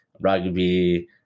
rugby